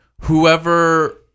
whoever